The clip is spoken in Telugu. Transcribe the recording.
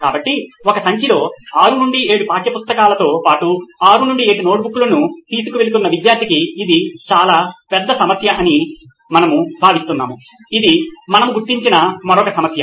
కాబట్టి ఒక సంచిలో 6 నుండి 7 పాఠ్య పుస్తకాలతో పాటు 6 నుండి 7 నోట్బుక్లను తీసుకువెళుతున్న విద్యార్థికి ఇది చాలా పెద్ద సమస్య అని మనము భావిస్తున్నాము ఇది మనము గుర్తించిన మరొక సమస్య